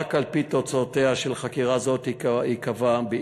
רק על-פי תוצאותיה של חקירה זאת ייקבע אם